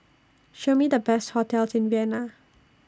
Show Me The Best hotels in Vienna